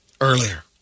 Earlier